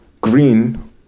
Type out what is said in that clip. Green